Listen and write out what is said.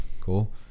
Cool